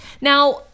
Now